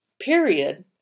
period